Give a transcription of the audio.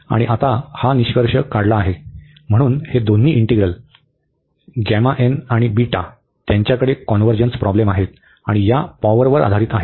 आणि आता हा निष्कर्ष आता काढला गेला आहे म्हणूनच हे दोन्ही इंटीग्रल बीटा त्यांच्याकडे कॉन्व्हर्जन्स प्रॉब्लेम आहेत आणि या पॉवरवर आधारित आहेत